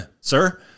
sir